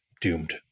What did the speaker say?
doomed